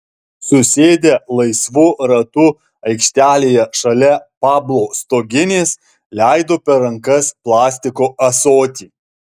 susėdę laisvu ratu aikštelėje šalia pablo stoginės leido per rankas plastiko ąsotį